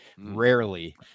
rarely